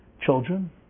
Children